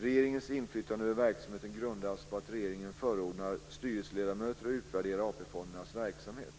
Regeringens inflytande över verksamheten grundas på att regeringen förordnar styrelseledamöter och utvärderar AP fondernas verksamhet.